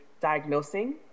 diagnosing